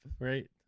right